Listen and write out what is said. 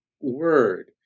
word